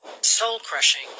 soul-crushing